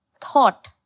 thought